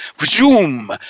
zoom